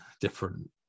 different